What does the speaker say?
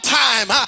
time